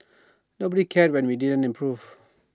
nobody cared when we didn't improve